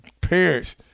parents